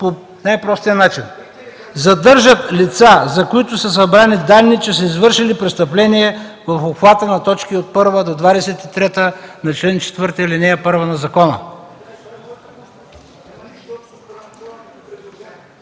по най-простия начин: „задържат лица, за които са събрани данни, че са извършили престъпление в обхвата на точки от 1 до 23 на чл. 4, ал. 1 на закона”?